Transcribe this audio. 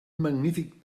magnífic